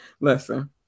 Listen